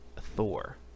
Thor